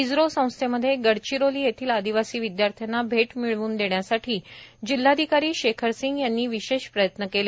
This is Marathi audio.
इस्त्रो संस्थेमध्ये गडचिरोली येथील आदिवासी विदयार्थ्यांना भेट मिळवून देण्यासाठी जिल्हाधिकारी शेखर सिंह यांनी विशेष प्रयत्न केले